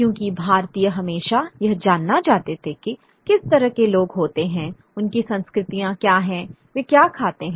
क्योंकि भारतीय हमेशा यह जानना चाहते थे कि किस तरह के लोग होते हैं उनकी संस्कृतियाँ क्या हैं वे क्या खाते हैं